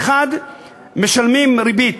1. משלמים ריבית